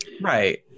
right